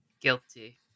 Guilty